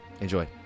Enjoy